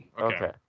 Okay